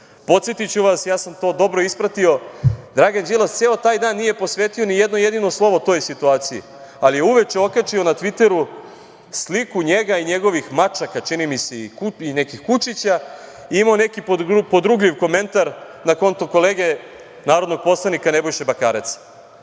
Đilasa? Podsetiću vas, ja sam to dobro ispratio, Dragan Đilas ceo taj dan nije posvetio ni jedno jedino slovo u toj situaciji, ali je uveče okačio na Tviteru sliku njega i njegovih mačaka, čini mi se, i nekih kučića, imao neki podrugljiv komentar na konto kolege narodnog poslanika Nebojše Bakareca. Dakle,